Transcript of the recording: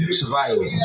survival